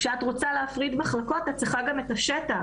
כשאת רוצה להפריד מחלקות את צריכה גם את השטח.